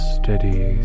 steady